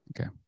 okay